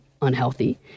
unhealthy